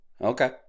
okay